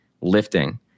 lifting